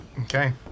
Okay